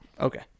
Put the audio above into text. Okay